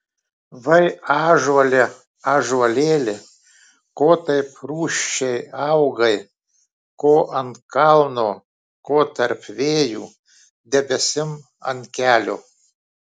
vai ąžuole ąžuolėli ko taip rūsčiai augai ko ant kalno ko tarp vėjų debesim ant kelio